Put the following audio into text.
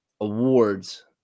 awards